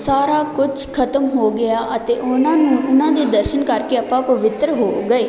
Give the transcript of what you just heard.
ਸਾਰਾ ਕੁਛ ਖਤਮ ਹੋ ਗਿਆ ਅਤੇ ਉਹਨਾਂ ਨੂੰ ਉਹਨਾਂ ਦੇ ਦਰਸ਼ਨ ਕਰਕੇ ਆਪਾਂ ਪਵਿੱਤਰ ਹੋ ਗਏ